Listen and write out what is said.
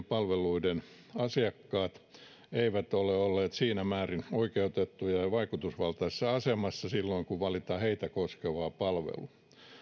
palveluiden asiakkaat eivät ole olleet oikeutettuja ja vaikutusvaltaisessa asemassa silloin kun valitaan heitä koskevaa palvelua